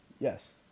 Yes